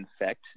infect